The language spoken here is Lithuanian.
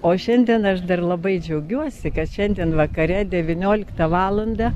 o šiandien aš dar labai džiaugiuosi kad šiandien vakare devynioliktą valandą